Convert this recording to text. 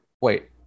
wait